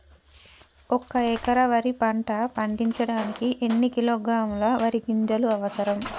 ఒక్క ఎకరా వరి పంట పండించడానికి ఎన్ని కిలోగ్రాముల వరి గింజలు అవసరం?